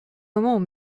moment